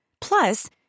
Plus